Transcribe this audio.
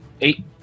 eight